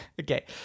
Okay